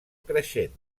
creixent